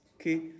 okay